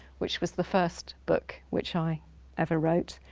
which was the first book which i ever wrote.